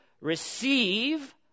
receive